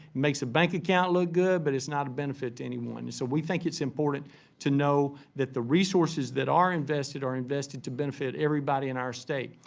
makes the bank account look good, but it's not of benefit to anyone. so, we think it's important to know that the resources that are invested are invested to benefit everybody in our state.